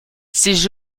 ces